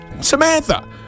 samantha